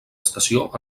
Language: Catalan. estació